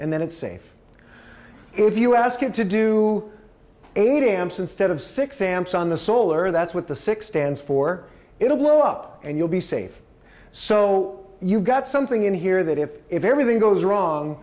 and then it's safe if you ask him to do eight amps instead of six amps on the solar that's what the six stands for it'll blow up and you'll be safe so you've got something in here that if everything goes wrong